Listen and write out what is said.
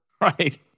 Right